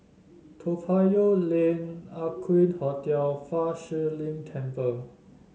Toa Payoh Lane Aqueen Hotel Fa Shi Lin Temple